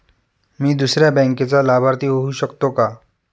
मी दुसऱ्या बँकेचा लाभार्थी होऊ शकतो का?